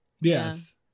Yes